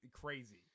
crazy